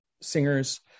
singers